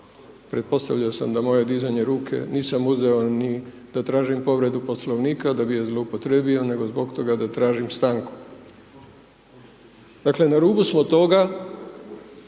Pretpostavljao sam da moje dizanje ruke, nisam uzeo ni da tražim povredu Poslovnika da bi je zloupotrebio, nego zbog toga da tražim stanku. Dakle, na rubu smo toga